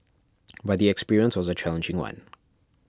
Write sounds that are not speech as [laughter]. [noise] but the experience was a challenging one